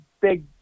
big